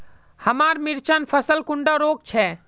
हमार मिर्चन फसल कुंडा रोग छै?